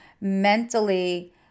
mentally